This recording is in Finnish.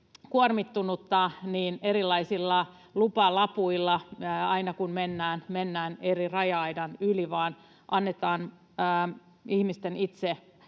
kuormittunutta, erilaisilla lupalapuilla aina kun mennään eri raja-aidan yli, vaan annetaan ihmisten itse